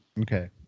Okay